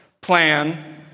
plan